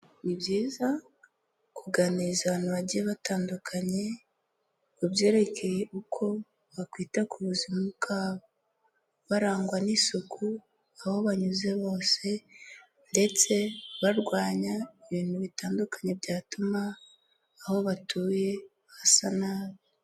Ni byiza kuganiriza ahantu bagiye batandukanye ku byerekeye uko bakwita ku buzima bwabo barangwa n'isuku aho banyuze bose ndetse barwanya ibintu bitandukanye byatuma aho batuye hasa nabi.